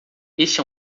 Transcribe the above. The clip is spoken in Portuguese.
este